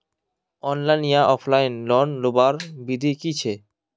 Online या offline loan लुबार विधि की छे?